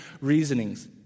reasonings